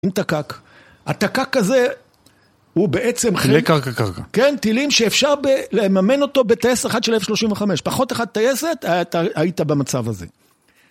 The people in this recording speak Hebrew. אם תקק, התקק הזה הוא בעצם קרקע-קרקע. כן, טילים שאפשר לממן אותו בטייס 1 של F35. פחות 1 טייסת, היית במצב הזה.